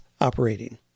operating